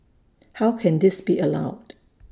how can this be allowed